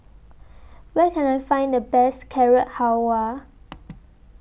Where Can I Find The Best Carrot Halwa